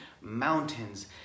mountains